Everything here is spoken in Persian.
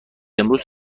امروز